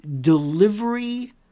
delivery